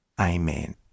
Amen